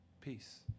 Peace